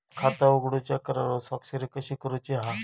खाता उघडूच्या करारावर स्वाक्षरी कशी करूची हा?